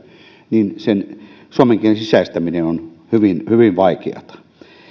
niin suomen kielen sisäistäminen on hyvin hyvin vaikeata